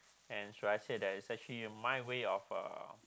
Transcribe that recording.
and should I say that is actually my way of uh